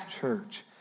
church